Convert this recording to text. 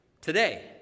Today